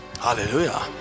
Hallelujah